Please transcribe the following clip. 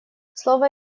слово